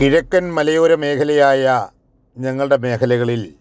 കിഴക്കൻ മലയോര മേഖലയായ ഞങ്ങളുടെ മേഖലകളിൽ